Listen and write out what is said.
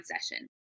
session